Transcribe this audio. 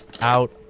out